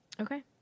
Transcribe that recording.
okay